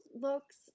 looks